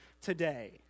today